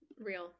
Real